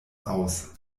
aus